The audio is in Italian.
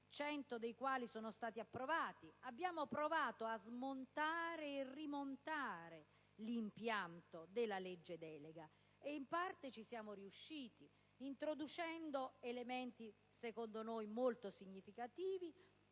(100 dei quali sono stati approvati); abbiamo provato a smontare e rimontare l'impianto della legge delega e, in parte, ci siamo riusciti, introducendo elementi che secondo noi sono molto significativi: